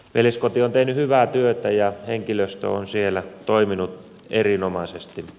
veljeskoti on tehnyt hyvää työtä ja henkilöstö on siellä toiminut erinomaisesti